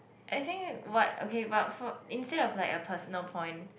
I think what okay but for instead of like a personal point